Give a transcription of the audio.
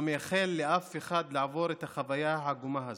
לא מאחל לאף אחד לעבור את החוויה העגומה הזאת.